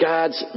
God's